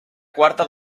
quarta